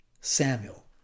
Samuel